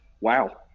wow